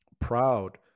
proud